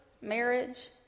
marriage